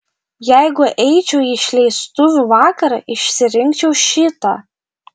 jeigu eičiau į išleistuvių vakarą išsirinkčiau šitą